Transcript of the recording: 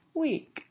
week